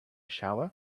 shower